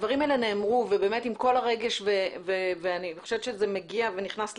הדברים האלה נאמרו ובאמת עם כל הרגש ואני חושבת שזה מגיע ונכנס ללב.